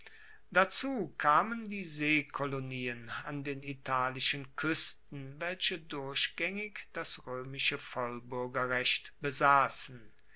dazu kamen die seekolonien an den italischen kuesten welche durchgaengig das roemische vollbuergerrecht besassen